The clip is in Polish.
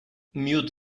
miód